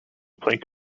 plank